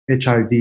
HIV